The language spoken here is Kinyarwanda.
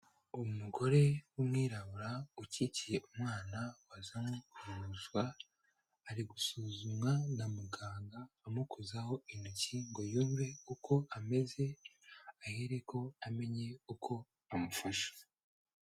Umugore w'umwirabura ukikiye umwana wazanwe kuvuzwa, ari gusuzumwa na muganga amukuzaho intoki ngo yumve uko ameze ahereko amenye uko amufasha.